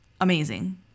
amazing